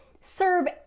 serve